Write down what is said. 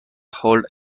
hold